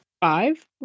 Five